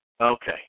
Okay